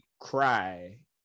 cry